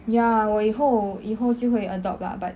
ya 我以后以后就会 adopt lah but